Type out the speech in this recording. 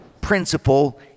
principle